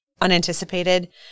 unanticipated